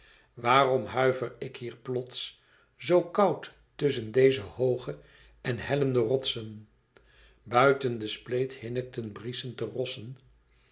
waarom huiver ik hier plots zoo koud tusschen deze hooge en hellende rotsen buiten den spleet hinnikten brieschend de rossen